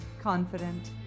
confident